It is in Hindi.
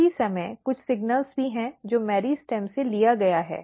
इसी समय कुछ संकेत भी हैं जो मेरिस्टेम से लिया गया है